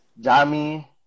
Jami